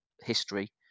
history